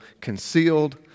concealed